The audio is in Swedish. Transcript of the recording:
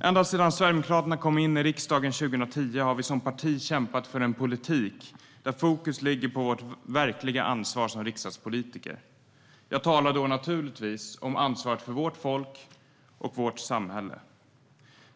Ända sedan Sverigedemokraterna kom in i riksdagen 2010 har vi som parti kämpat för en politik där fokus ligger på vårt verkliga ansvar som riksdagspolitiker. Jag talar då naturligtvis om ansvaret för vårt folk och vårt samhälle.